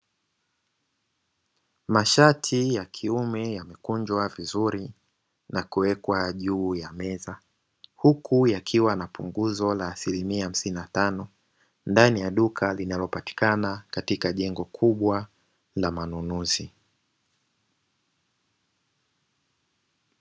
Mashati ya kiume yamekunjwa vizuri na kuwekwa juu ya meza, huku yakiwa na punguzo la asilimia hamsini na tano ndani ya duka kubwa linalopatikana katika jengo la manunuzi.